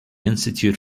institute